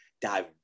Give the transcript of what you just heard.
dive